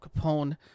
Capone